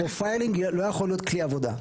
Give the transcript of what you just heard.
שפרופיילינג לא יכול להיות כלי עבודה,